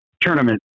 tournament